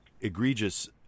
egregious